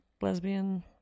lesbian